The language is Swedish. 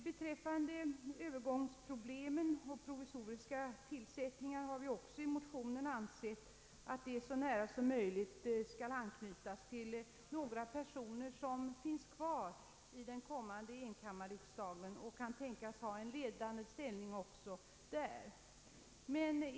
Beträffande övergångsproblem och provisoriska tillsättningar har vi i motionerna framhållit att tillsättningarna så nära som möjligt skall anknyta till personer som finns kvar i den kommande enkammarriksdagen och kan tänkas ha en ledande ställning också där.